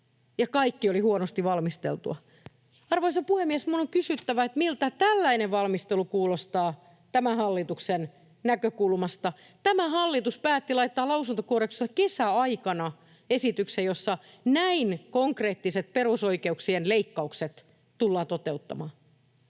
kaikki oli huonosti valmisteltua. Arvoisa puhemies! Minun on kysyttävä, miltä tällainen valmistelu kuulostaa tämän hallituksen näkökulmasta. Tämä hallitus päätti laittaa lausuntokierrokselle kesäaikana esityksen, jossa näin konkreettiset perusoikeuksien leikkaukset tullaan toteuttamaan.